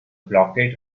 blockade